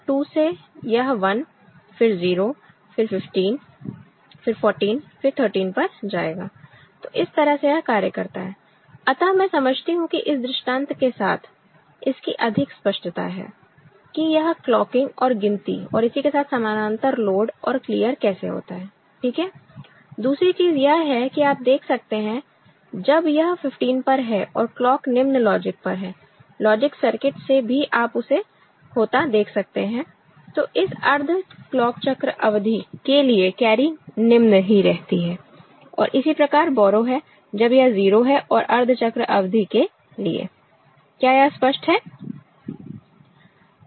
2 से यह 1 फिर 0 फिर 15 फिर 14 फिर 13 पर जाएगा तो इस तरह से यह कार्य करता है अतः मैं समझती हूं कि इस दृष्टांत के साथ इसकी अधिक स्पष्टता है कि यह क्लॉकिंग और गिनती और इसी के साथ समानांतर लोड और क्लियर कैसे होता है ठीक है दूसरी चीज यह है कि आप देख सकते हैं जब यह 15 पर है और क्लॉक निम्न लॉजिक पर है लॉजिक सर्किट से भी आप उसे होता देख सकते हैं तो इस अर्ध क्लॉक चक्र अवधि के लिए कैरी निम्न ही रहती है और इसी प्रकार बोरो है जब यह 0 है और अर्ध चक्र अवधि के लिए क्या यह स्पष्ट है